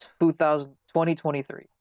2023